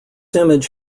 image